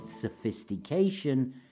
sophistication